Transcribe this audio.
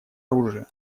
оружия